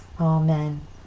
Amen